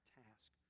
task